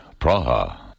Praha